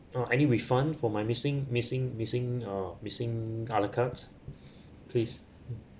uh any refund for my missing missing missing uh missing a la carte please